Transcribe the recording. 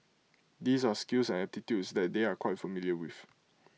these are skills and aptitudes that they are quite familiar with